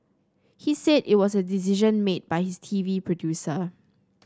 he said it was a decision made by his T V producer